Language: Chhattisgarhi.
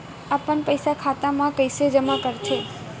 अपन पईसा खाता मा कइसे जमा कर थे?